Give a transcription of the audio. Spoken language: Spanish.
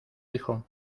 hijo